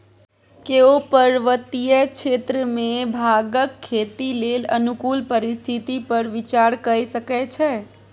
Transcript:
केओ पर्वतीय क्षेत्र मे भांगक खेती लेल अनुकूल परिस्थिति पर विचार कए सकै छै